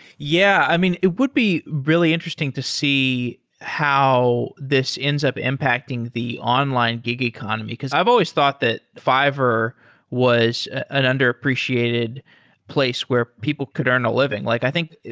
yeah. i mean, it would be really interesting to see how this ends up impacting the online gig economy, because i've always thought that fiverr was an underappreciated place where people could earn a living. like i think,